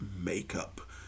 makeup